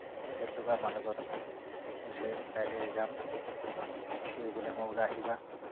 তেখেতলোকে আমাৰ লগত কৈছে কাইলৈ যাম দৌৰিবলৈ মই বোলো আহিবা